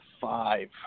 five